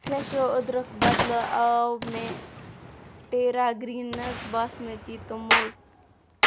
فرٛٮ۪شو أدرک بدلہٕ آو مےٚ ٹیرا گرٛیٖنز باسمٔتی توٚمُل